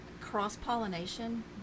cross-pollination